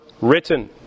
Written